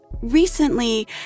recently